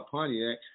Pontiac